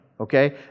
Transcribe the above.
okay